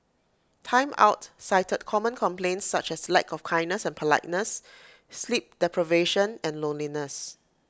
Time Out cited common complaints such as lack of kindness and politeness sleep deprivation and loneliness